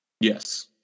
Yes